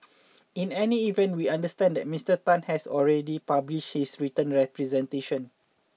in any event we understand that Mister Tan has already published his written representation